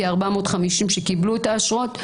כי 450 קיבלו את האשרות.